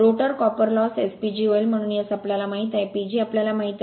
rotor copper loss SPG होईल म्हणून S आम्हाला माहित आहे PG आम्हाला माहित आहे